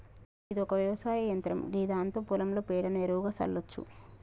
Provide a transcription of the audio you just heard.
గిది ఒక వ్యవసాయ యంత్రం గిదాంతో పొలంలో పేడను ఎరువుగా సల్లచ్చు